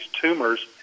tumors